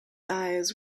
eyes